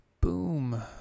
boom